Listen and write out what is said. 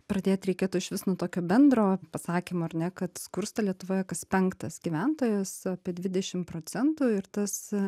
pradėt reikėtų išvis nuo tokio bendro pasakymo ar ne kad skursta lietuvoje kas penktas gyventojas apie dvidešim procentų ir tas